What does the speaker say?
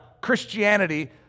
Christianity